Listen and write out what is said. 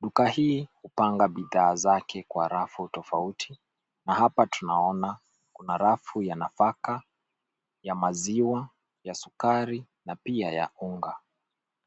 Duka hii hupanga bidhaa zake kwa rafu tofauti na hapa tunaona kuna rafu ya nafaka, ya maziwa, ya sukari na pia ya unga.